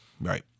Right